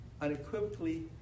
unequivocally